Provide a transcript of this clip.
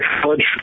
college